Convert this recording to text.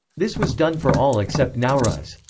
this was done for all except nowruz.